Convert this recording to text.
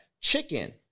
chicken